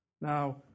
Now